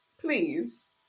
please